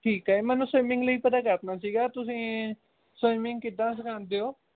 ਠੀਕ ਹੈ ਮੈਨੂੰ ਸਵੀਮਿੰਗ ਲਈ ਪਤਾ ਕਰਨਾ ਸੀ ਤੁਸੀਂ ਸਵੀਮਿੰਗ ਕਿੱਦਾ ਸਿਖਾਉਂਦੇ ਓ